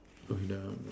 with down